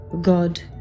God